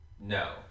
No